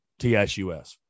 TSUS